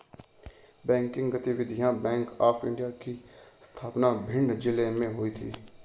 banking गतिविधियां bank of India की स्थापना भिंड जिले में हुई थी